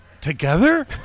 Together